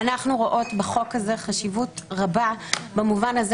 אנחנו רואות בחוק הזה חשיבות רבה במובן הזה